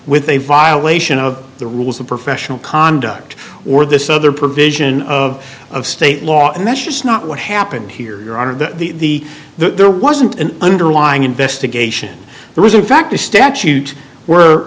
with a violation of the rules of professional conduct or this other provision of of state law and that's just not what happened here your honor that the that there wasn't an underlying investigation there was a fact a statute were